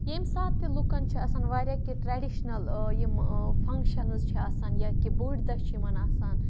یمہِ ساتہٕ تہِ لُکَن چھُ آسان واریاہ کینٛہہ ٹریڈِشنَل یِم فَنٛگشَنٕز چھِ آسان یا کہِ بوٚڑۍ دۄہ چھُ یِمَن آسان